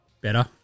better